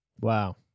Wow